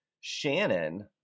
Shannon